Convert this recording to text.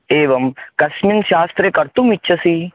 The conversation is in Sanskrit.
एवं कस्मिन् शास्त्रे कर्तुम् इच्छसि